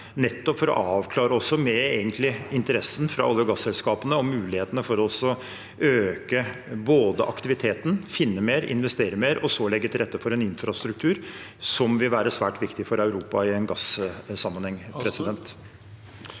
nettopp for egentlig å avklare interessen fra olje- og gasselskapene og mulighetene for både å øke aktiviteten, finne mer, investere mer og så legge til rette for en infrastruktur som vil være svært viktig for Europa i en gassammenheng.